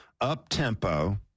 up-tempo